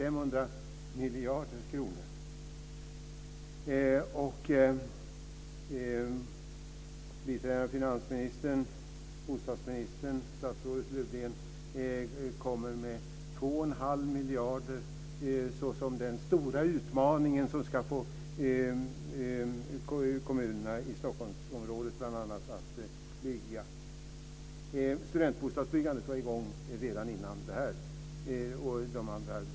Biträdande finansministern, bostadsministern och statsrådet Lövdén kommer med 21⁄2 miljarder som den stora utmaningen som ska få kommunerna i bl.a. Stockholmsområdet att bygga. Studentbostadsbyggandet var i gång redan tidigare.